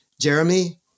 Jeremy